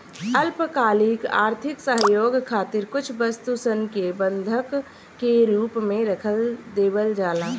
अल्पकालिक आर्थिक सहयोग खातिर कुछ वस्तु सन के बंधक के रूप में रख देवल जाला